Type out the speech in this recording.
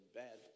bad